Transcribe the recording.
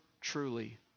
truly